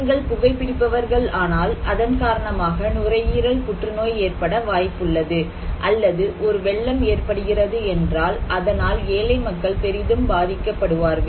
நீங்கள் புகைப்பிடிப்பவர்கள் ஆனால் அதன் காரணமாக நுரையீரல் புற்றுநோய் ஏற்பட வாய்ப்புள்ளது அல்லது ஒரு வெள்ளம் ஏற்படுகிறது என்றால் அதனால் ஏழை மக்கள் பெரிதும் பாதிக்கப்படுவார்கள்